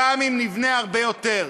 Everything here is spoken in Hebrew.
גם אם נבנה הרבה יותר.